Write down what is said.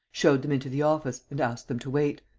showed them into the office and asked them to wait.